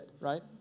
right